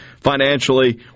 financially